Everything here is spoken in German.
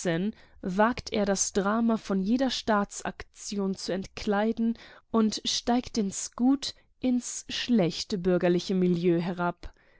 wagt er das drama von jeder staatsaktion zu entkleiden und steigt ins gut ins schlecht bürgerliche milieu hinab